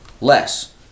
Less